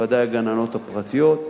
ודאי הגננות הפרטיות,